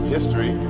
History